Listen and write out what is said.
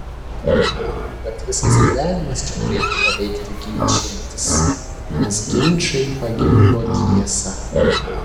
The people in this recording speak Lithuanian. atrodytų kad visas gyvenimas čia turėtų prabėgti ginčijantis nes ginčai pagimdo tiesą